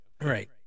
Right